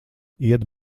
iet